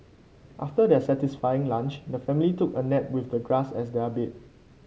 after their satisfying lunch the family took a nap with the grass as their bed